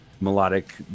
melodic